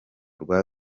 rwa